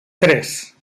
tres